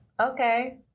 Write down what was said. Okay